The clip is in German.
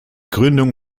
gründung